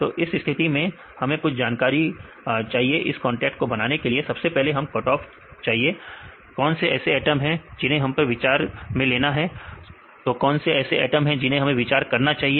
तो इस स्थिति में हमें कुछ जानकारी चाहिए इस कांटेक्ट को बनाने के लिए सबसे पहले हमें कटऑफ चाहिए कौन से ऐसे एटम हैं जिन्हें हमें विचार में लेना है दो कौन से ऐसे एटम हैं जिन्हें हमें विचार करना चाहिए